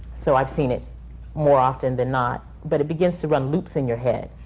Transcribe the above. so i've seen it more often than not. but it begins to run loops in your head.